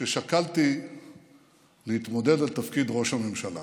כששקלתי להתמודד על תפקיד ראש הממשלה,